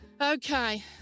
Okay